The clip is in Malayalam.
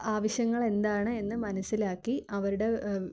ആവശ്യങ്ങളെന്താണ് എന്നു മനസ്സിലാക്കി അവരുടെ